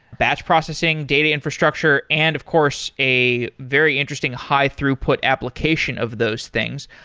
batch processing, data infrastructure and of course a very interesting high throughput application of those things.